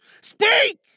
Speak